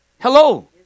Hello